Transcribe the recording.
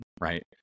right